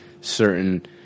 certain